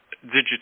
digital